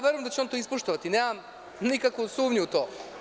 Verujem da će on to ispoštovati, nemam nikakvu sumnju u to.